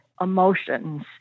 emotions